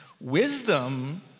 Wisdom